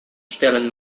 stellen